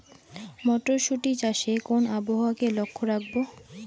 মটরশুটি চাষে কোন আবহাওয়াকে লক্ষ্য রাখবো?